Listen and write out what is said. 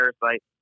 Parasite